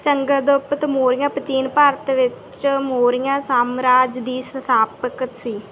ਚੰਦਰਗੁਪਤ ਮੌਰੀਆ ਪ੍ਰਾਚੀਨ ਭਾਰਤ ਵਿੱਚ ਮੌਰੀਆ ਸਮਰਾਜ ਦਾ ਸੰਸਥਾਪਕ ਸੀ